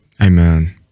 Amen